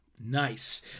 Nice